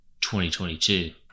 2022